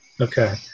Okay